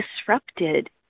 disrupted